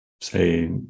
say